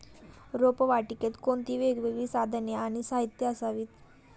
रोपवाटिकेत कोणती वेगवेगळी साधने आणि साहित्य असावीत?